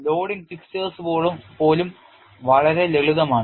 loading fixtures പോലും വളരെ ലളിതമാണ്